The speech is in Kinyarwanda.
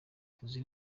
tuzi